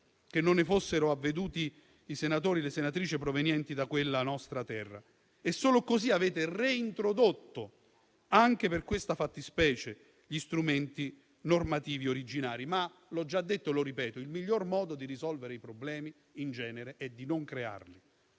che non ne fossero avveduti i senatori e le senatrice provenienti da quella terra. Solo così avete reintrodotto anche per questa fattispecie gli strumenti normativi originari. Tuttavia, l'ho già detto e lo ripeto, il miglior modo di risolvere i problemi in genere è non crearli.